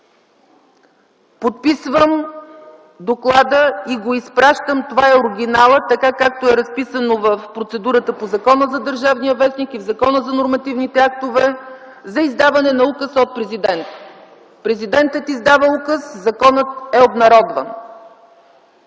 Подписвам доклада и го изпращам – това е оригиналът, както е разписано в процедурата по Закона за „Държавен вестник” и в Закона за нормативните актове – за издаване на указ от Президента. Президентът издава указ, законът е обнародван.